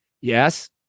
Yes